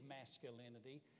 masculinity